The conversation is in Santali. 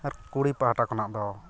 ᱟᱨ ᱠᱩᱲᱤ ᱯᱟᱦᱴᱟ ᱠᱷᱚᱱᱟᱜ ᱫᱚ